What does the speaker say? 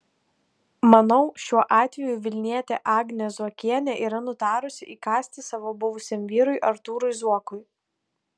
manau šiuo atveju vilnietė agnė zuokienė yra nutarusi įkąsti savo buvusiam vyrui artūrui zuokui